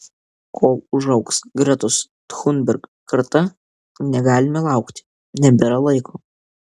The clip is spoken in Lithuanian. kol užaugs gretos thunberg karta negalime laukti nebėra laiko